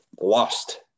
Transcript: lost